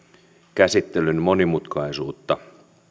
käsittelyn monimutkaisuutta